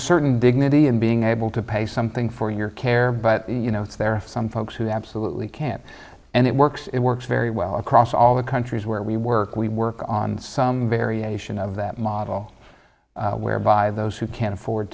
a certain dignity in being able to pay something for your care but you know there are some folks who absolutely can't and it works it works very well across all the countries where we work we work on some variation of that model whereby those who can afford